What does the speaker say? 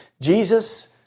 Jesus